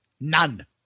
None